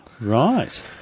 Right